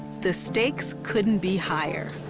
the stakes couldn't be higher.